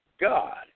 God